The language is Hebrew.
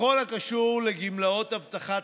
בכל הקשור לגמלאות הבטחת